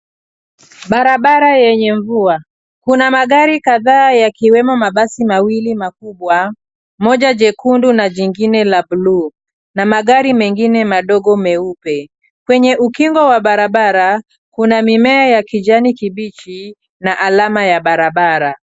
Barabara yenye mvua, kuna magari kadhaa yakiwemo mabasi mawili makubwa mmoja jekundu na jingine la bluu na magari mengine madogo meupe, kwenye ukingo wa barabara kuna mimea ya kijani kibichi na alama ya barabara.